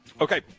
Okay